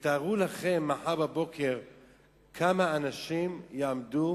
תארו לכם כמה אנשים יעמדו